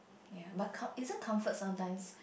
ya but com~ isn't comfort sometimes